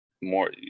more